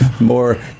more